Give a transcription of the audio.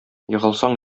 егылсаң